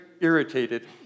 irritated